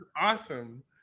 awesome